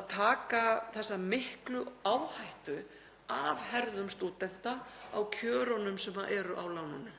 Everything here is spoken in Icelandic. að taka þessa miklu áhættu af herðum stúdenta á kjörunum sem eru á láninu.